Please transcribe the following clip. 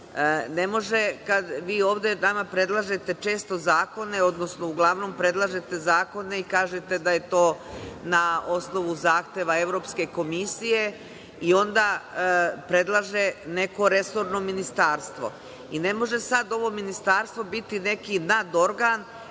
Ne može kada vi ovde nama predlažete često zakone, odnosno uglavnom predlažete zakone i kažete da je to na osnovu zahteva Evropske komisije i onda predlaže neko resorno ministarstvo. Ne može sada ovo ministarstvo biti neki nadorgan